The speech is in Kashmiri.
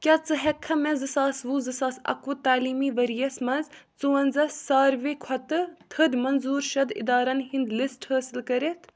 کیٛاہ ژٕ ہیٚکٕکھا مےٚ زٕ ساس وُہ زٕ ساس اَکوُہ تعلیٖمی ؤرۍ یَس مَنٛز ژُوَنٛزاہ سارِوٕے کھۄتہٕ تھٔدۍ منظوٗر شُد اِدارن ہٕنٛدۍ لِسٹ حٲصِل کٔرِتھ